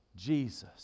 jesus